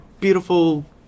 beautiful